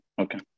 Okay